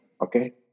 Okay